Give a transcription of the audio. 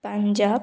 Punjab